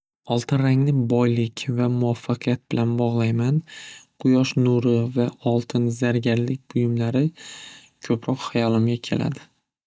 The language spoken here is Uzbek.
Oltin rangni boylik va muvoffaqiyat bilan bog'layman quyosh nuri va oltin zargarlik buyumlari ko'proq hayolimga keladi.